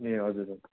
ए हजुर हजुर